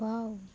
বাওঁ